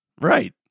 Right